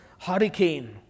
Hurricane